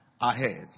ahead